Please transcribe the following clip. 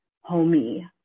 homey